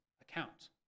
account